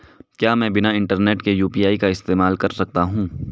क्या मैं बिना इंटरनेट के यू.पी.आई का इस्तेमाल कर सकता हूं?